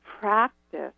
practice